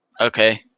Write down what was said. Okay